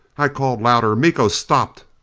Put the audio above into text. i called louder miko! stop!